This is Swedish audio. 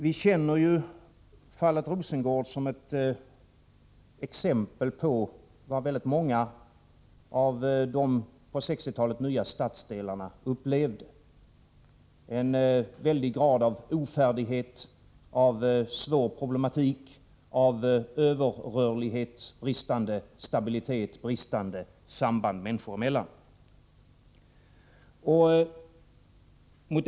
Vi känner ju fallet Rosengård som ett exempel på vad väldigt många av de på 1960-talet nya stadsdelarna upplevde. Det var en hög grad av ofärdighet, av svår problematik, av överrörlighet, bristande stabilitet och bristande samband människor emellan.